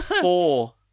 four